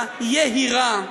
היהירה,